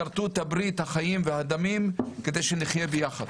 כרתו את ברית החיים והדמים כדי שנחיה ביחד.